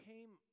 Came